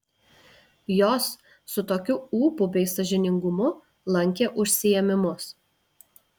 jos su tokiu ūpu bei sąžiningumu lankė užsiėmimus